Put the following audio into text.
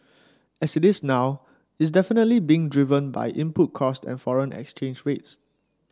as it is now is definitely being driven by input costs and foreign exchange rates